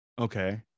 Okay